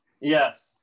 Yes